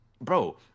Bro